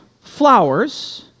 flowers